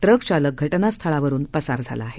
truck चालक घटनास्थळावरुन पसार झाला आहे